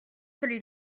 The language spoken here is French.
celui